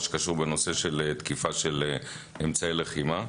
שקושר בנושא של תקיפה של אמצעי לחימה.